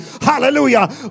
Hallelujah